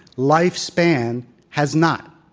lifespan has not.